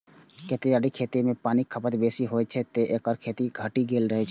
केतारीक खेती मे पानिक खपत बेसी होइ छै, तें एकर खेती घटि गेल छै